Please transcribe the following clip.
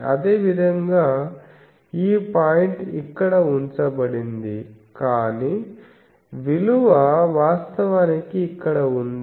అదేవిధంగా ఈ పాయింట్ ఇక్కడ ఉంచబడింది కానీ విలువ వాస్తవానికి ఇక్కడ ఉంది